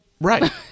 right